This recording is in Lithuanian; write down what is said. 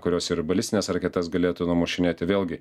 kurios ir balistines raketas galėtų numušinėti vėlgi